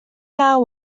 naw